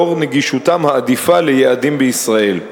לאור נגישותם העדיפה ליעדים בישראל.